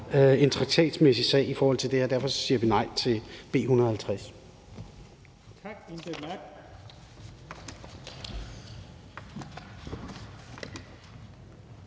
en traktatmæssig sag i forhold til det her, og derfor siger vi nej til